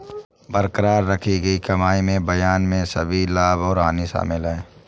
बरकरार रखी गई कमाई में बयान में सभी लाभ और हानि शामिल हैं